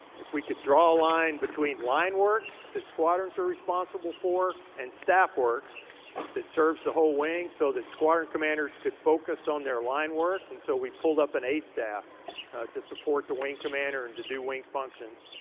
if we can draw a line between line work that squadrons are responsible for and staff work that serves the whole wing so that squadron commanders could focus on their line work and so we pulled up an a staff to support the wing commander and to do wing functions.